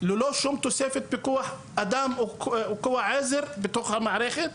ללא שום תוספת פיקוח אדם או כוח עזר בתוך המערכת,